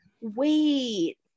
Wait